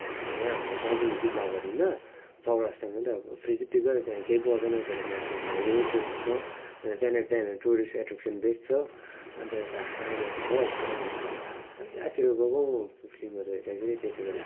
यहाँ हाम्रो दार्जिलिङ जिल्लाभरिमा चौरस्ता मात्र अब फ्रिको टिकट त्यहाँ केही पर्दैन त्यहाँ त मान्छे हिँड्ने रोड जस्तै छ अन्त त्यहाँनिर टुरिस्ट एट्र्याक्सन बेस्ट छ अन्त यता आइनक्स हल आइनक्स हल त अब पहिलातिर गएको म फि फिल्महरू हेर्दाखेरि त्यति बेला